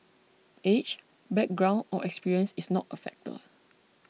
age background or experience is not a factor